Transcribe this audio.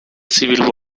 civil